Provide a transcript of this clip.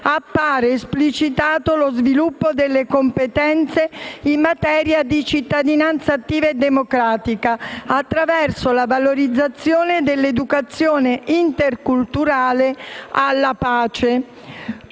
appare esplicitato lo «sviluppo delle competenze in materia di cittadinanza attiva e democratica attraverso la valorizzazione dell'educazione interculturale e alla pace